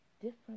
different